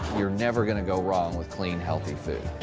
you're never going to go wrong with clean, healthy food.